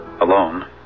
alone